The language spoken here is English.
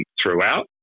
throughout